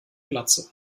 glatze